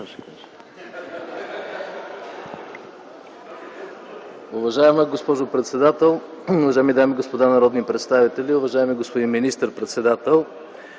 Уважаема госпожо председател, уважаеми дами и господа народни представители, уважаеми господин министър-председател!